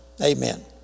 Amen